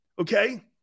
Okay